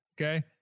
okay